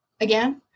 again